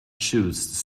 shoes